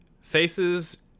faces